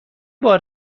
بار